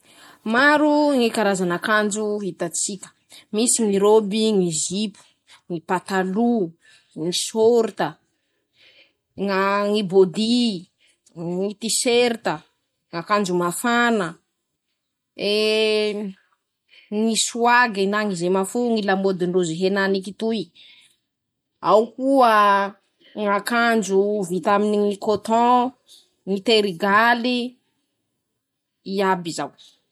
Maro. ñy karazan'akanjo hitatsika: -Misy ñy rôby, ñy zipo, ñy patalo, ñy sôrita ñaa ñy bôdy, ñy tiserita, ñ'akandro mafana, eeee, ñy soage na ñy zemanfo ñy lamôdin-drozy henaniky toy, ao koa aaa ñ'akandro vita aminy ñy kôton, ñy terigaly. iaby zao..<...>